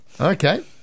Okay